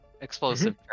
explosive